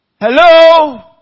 Hello